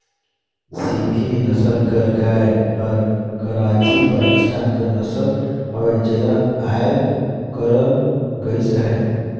सिंघी नसल कर गाय हर कराची, पाकिस्तान कर नसल हवे जेला अयात करल गइस अहे